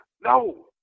No